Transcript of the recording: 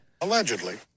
Allegedly